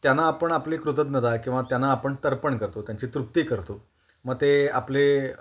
त्यांना आपण आपली कृतज्ञता किंवा त्यांना आपण तर्पण करतो त्यांची तृप्ती करतो मग ते आपले